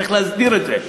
צריך להסדיר את זה.